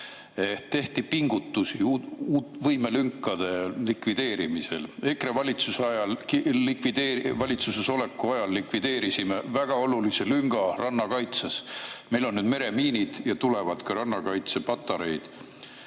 Tehti pingutusi võimelünkade likvideerimiseks. EKRE valitsuses oleku ajal likvideerisime väga olulise lünga rannakaitses. Meil on nüüd meremiinid ja tulevad ka rannakaitsepatareid.